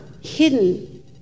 hidden